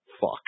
fuck